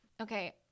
Okay